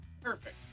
Perfect